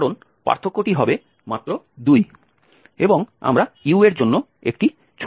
কারণ পার্থক্যটি হবে মাত্র 2 এবং আমরা u এর জন্য একটি ছোট সংখ্যা পাব